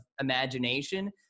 imagination